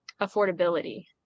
affordability